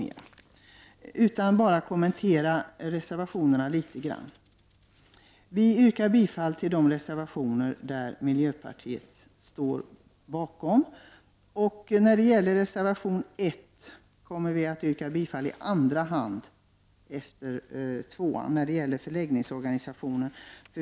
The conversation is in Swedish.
Jag skall bara kommentera reservationerna litet grand. Jag yrkar bifall till de reservationer som miljöpartiet står bakom. Till reservation 1 kommer jag att yrka bifall i andra hand efter nr 2, som gäller förläggningsorganisationen.